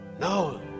No